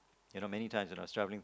you know many times when I was travelling